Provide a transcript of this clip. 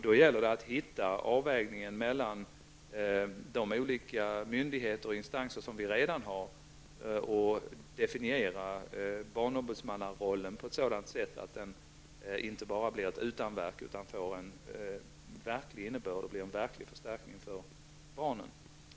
Det gäller att hitta den rätta avvägningen mellan de olika myndigheter och instanser som vi redan har och definiera barnombudsmannarollen på ett sådant sätt att den inte bara blir ett utanverk utan får en verklig innebörd och blir till verklig förstärkning för barn.